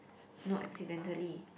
no accidentally